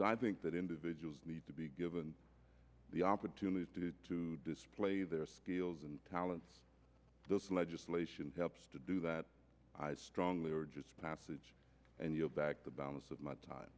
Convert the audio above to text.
so i think that individuals need to be given the opportunity to display their skills and talents those legislation helps to do that i strongly urge its passage and you'll back the balance of my time